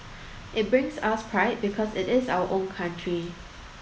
it brings us pride because it is our own country